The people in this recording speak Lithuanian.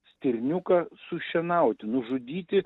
stirniuką su šienauti nužudyti